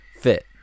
fit